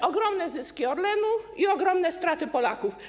To są ogromne zyski Orlenu i ogromne straty Polaków.